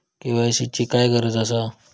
KYC ची काय गरज आसा?